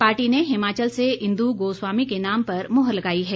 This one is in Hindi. पार्टी ने हिमाचल से इंदु गोस्वामी के नाम पर मोहर लगाई है